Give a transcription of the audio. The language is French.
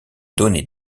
donnaient